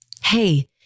Hey